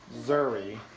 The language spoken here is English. Zuri